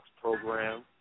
program